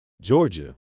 Georgia